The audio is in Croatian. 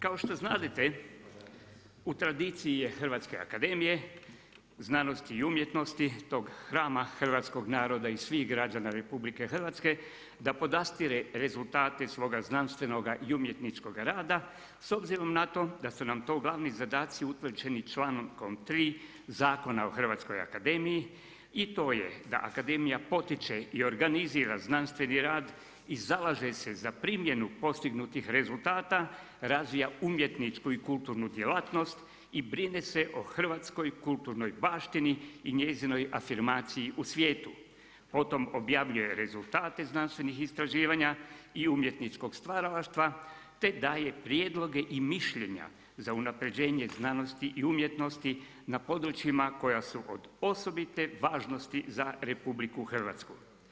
Kao što znadete u tradiciji je Hrvatske akademije znanosti i umjetnosti, tog hrama hrvatskog naroda i svih građana RH, da podastire rezultate svoga znanstvenog i umjetničkog rada s obzirom na to da su nam to glavni zadaci utvrđeni čl.3 Zakona o Hrvatskoj akademiji i to je da Akademija potiče i organizira znanstveni rad i zalaže se za primjenu postignutih rezultata, razvija umjetničku i kulturnu djelatnost i brine se o hrvatskoj kulturnoj baštini i njezinoj afirmaciji u svijetu, potom objavljuje rezultate znanstvenih istraživanja i umjetničkog stvaralaštva te daje prijedloge i mišljenja za unapređenje znanosti i umjetnosti na područjima koja su od osobite važnosti za RH.